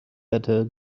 better